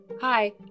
Hi